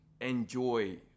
enjoy